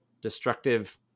destructive